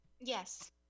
Yes